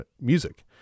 music